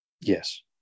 Yes